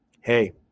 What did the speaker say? hey